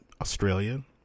Australia